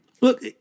Look